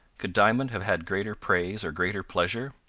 could diamond have had greater praise or greater pleasure?